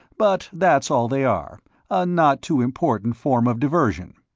but that's all they are a not too important form of diversion.